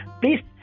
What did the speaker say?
please